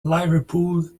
liverpool